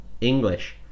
English